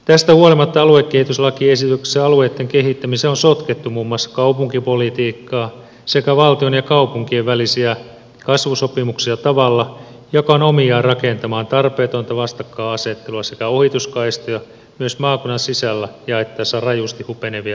tästä huolimatta aluekehityslakiesityksessä alueitten kehittämiseen on sotkettu muun muassa kaupunkipolitiikkaa sekä valtion ja kaupunkien välisiä kasvusopimuksia tavalla joka on omiaan rakentamaan tarpeetonta vastakkainasettelua sekä ohituskaistoja myös maakunnan sisällä jaettaessa rajusti hupenevia aluekehitysrahoja